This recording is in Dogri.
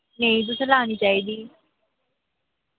नेईं तुसैं लानी चाहिदी